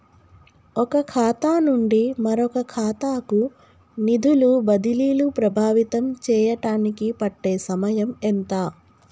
ఒక ఖాతా నుండి మరొక ఖాతా కు నిధులు బదిలీలు ప్రభావితం చేయటానికి పట్టే సమయం ఎంత?